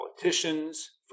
politicians